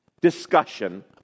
discussion